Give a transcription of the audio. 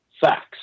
facts